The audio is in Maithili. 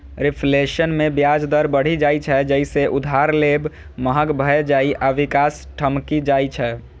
रिफ्लेशन मे ब्याज दर बढ़ि जाइ छै, जइसे उधार लेब महग भए जाइ आ विकास ठमकि जाइ छै